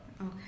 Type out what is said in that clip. Okay